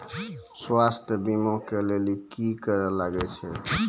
स्वास्थ्य बीमा के लेली की करे लागे छै?